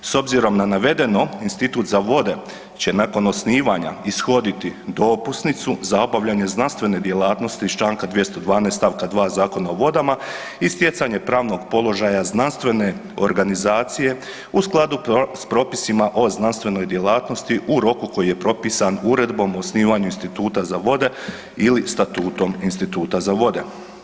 S obzirom na navedeno Institut za vode će nakon osnivanja ishoditi dopusnicu za obavljanje znanstvene djelatnosti iz čl. 212. st. 2. Zakona o vodama i stjecanje pravnog položaja znanstvene organizacije u skladu s propisima o znanstvenoj djelatnosti u roku koji je propisan Uredbom o osnivanju Instituta za vode ili Statutom Instituta za vode.